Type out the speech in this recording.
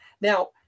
Now